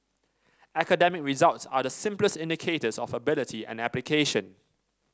academic results are the simplest indicators of ability and application